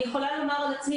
אני יכולה להעיד על עצמי,